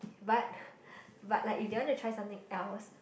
but but like if they want to try something else